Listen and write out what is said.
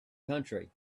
country